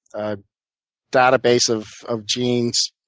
a database of of genes,